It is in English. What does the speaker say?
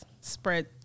spread